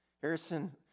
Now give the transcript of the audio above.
Harrison